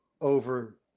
over